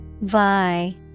Vi